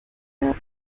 wir